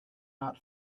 not